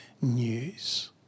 news